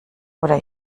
oder